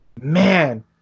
man